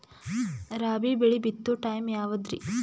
ರಾಬಿ ಬೆಳಿ ಬಿತ್ತೋ ಟೈಮ್ ಯಾವದ್ರಿ?